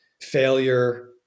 failure